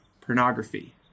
pornography